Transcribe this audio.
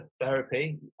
therapy